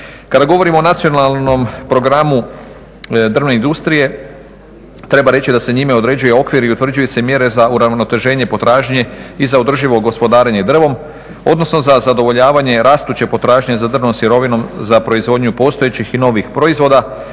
Kada govorimo o Nacionalnom programu drvne industrije treba reći da se njime određuje okvir i utvrđuju se mjere za uravnoteženje potražnje i za održivo gospodarenje drvom, odnosno za zadovoljavanje rastuće potražnje za drvnom sirovinom za proizvodnju postojećih i novih proizvoda